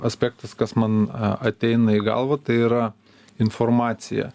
aspektas kas man ateina į galvą tai yra informacija